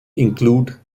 include